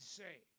say